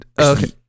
okay